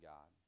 God